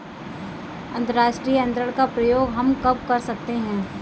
अंतर्राष्ट्रीय अंतरण का प्रयोग हम कब कर सकते हैं?